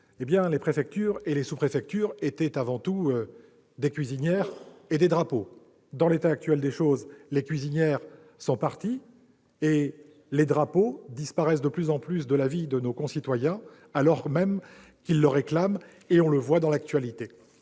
les préfectures et les sous-préfectures étaient avant tout des cuisinières et des drapeaux. En l'état actuel des choses, les cuisinières sont parties, et les drapeaux disparaissent peu à peu de la vie de nos concitoyens, alors même que ceux-ci les réclament comme nous le montre l'actualité.